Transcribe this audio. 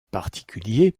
particulier